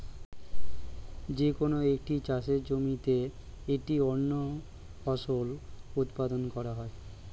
যে কোন একটি চাষের জমিতে একটি অনন্য ফসল উৎপাদন করা হয়